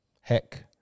Heck